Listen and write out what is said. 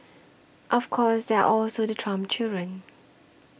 of course there are also the Trump children